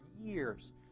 years